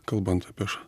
kalbant apie š